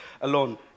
alone